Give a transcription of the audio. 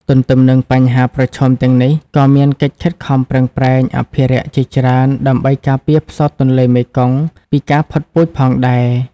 ទន្ទឹមនឹងបញ្ហាប្រឈមទាំងនេះ ក៏មានកិច្ចខិតខំប្រឹងប្រែងអភិរក្សជាច្រើនដើម្បីការពារផ្សោតទន្លេមេគង្គពីការផុតពូជផងដែរ។